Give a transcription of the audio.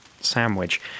sandwich